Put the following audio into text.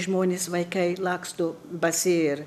žmonės vaikai laksto basi ir